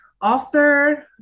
author